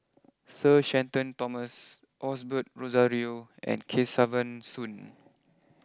Sir Shenton Thomas Osbert Rozario and Kesavan Soon